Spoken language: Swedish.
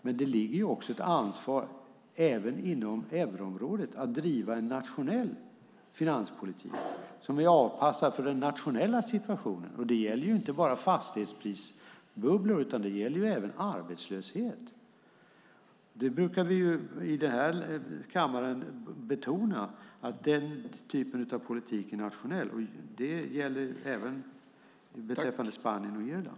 Men det ligger ett ansvar även inom euroområdet att driva en nationell finanspolitik som är avpassad för den nationella situationen. Det gäller inte bara fastighetsprisbubblor, utan det gäller även arbetslöshet. Vi brukar ju i den här kammaren betona att den typen av politik är nationell, och det gäller även beträffande Spanien och Irland.